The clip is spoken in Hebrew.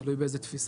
תלוי באיזה תפיסה.